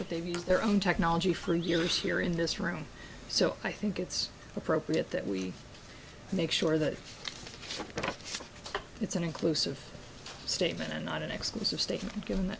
but they've used their own technology for years here in this room so i think it's appropriate that we make sure that it's an inclusive statement and not an exclus